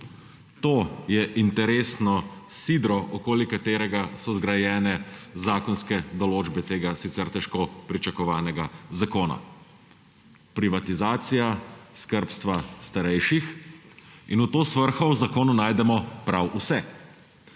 To je interesno sidro, okoli katerega so zgrajene zakonske določbe tega sicer težko pričakovanega zakona: privatizacija skrbstva starejših. In v to svrho v zakonu najdemo prav vse: